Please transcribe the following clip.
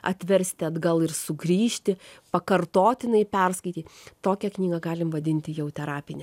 atversti atgal ir sugrįžti pakartotinai perskaityt tokią knygą galim vadinti jau terapine